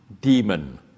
demon